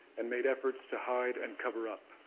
and made efforts to hide and cover up.